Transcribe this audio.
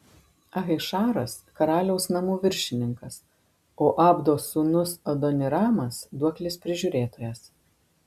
ahišaras karaliaus namų viršininkas o abdos sūnus adoniramas duoklės prižiūrėtojas